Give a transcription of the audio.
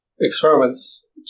Experiments